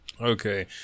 Okay